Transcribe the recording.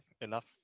enough